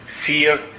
fear